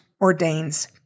ordains